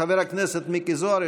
חבר הכנסת מיקי זוהר,